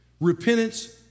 Repentance